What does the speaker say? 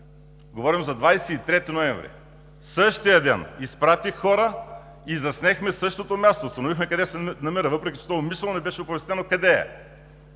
Говорим за 23 ноември 2017 г.! Същия ден изпратих хора и заснехме същото място, установихме къде се намира, въпреки че умишлено не беше оповестено къде е.